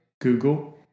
Google